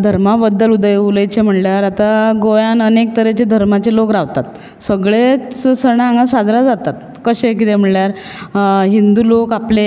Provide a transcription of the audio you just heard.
धर्मा बद्दल उदय उलोवचें म्हणल्यार आतां गोंयांत अनेक तरेचे धर्माचे लोक रावतात सगळेंच सण हांगा साजरा जातात कशें कितें म्हणल्यार हिन्दू लोक आपले